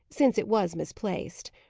since it was misplaced.